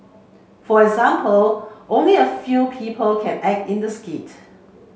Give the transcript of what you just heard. for example only a few people can act in the skit